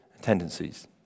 tendencies